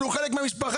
אבל הוא חלק מהמשפחה.